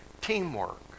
teamwork